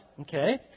okay